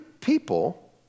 people